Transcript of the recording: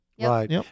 right